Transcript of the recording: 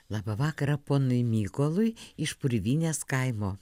labą vakarą ponui mykolui iš purvynės kaimo